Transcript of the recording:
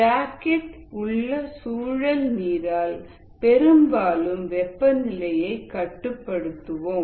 ஜாக்கெட்டில் உள்ள சுழல் நீரால் பெரும்பாலும் வெப்பநிலையை கட்டுப்படுத்துவோம்